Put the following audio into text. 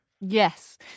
yes